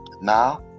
now